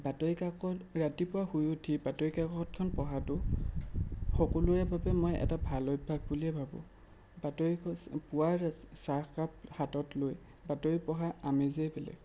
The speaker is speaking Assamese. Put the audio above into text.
বাতৰি কাকত ৰাতিপুৱা শুই উঠি বাতৰি কাকতখন পঢ়াটো সকলোৰে বাবে মই এটা ভাল অভ্যাস বুলিয়েই ভাবোঁ বাতৰি পুৱাৰ চাহকাপ হাতত লৈ বাতৰি পঢ়া আমেজেই বেলেগ